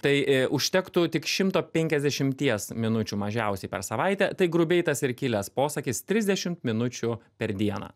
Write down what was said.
tai užtektų tik šimto penkiasdešimties minučių mažiausiai per savaitę tai grubiai tas ir kilęs posakis trisdešimt minučių per dieną